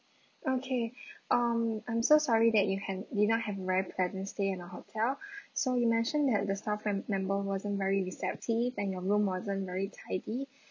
okay um I'm so sorry that you have you do not have a very pleasant stay in our hotel so you mentioned that the staff mem~ member wasn't very receptive and your no wasn't very tidy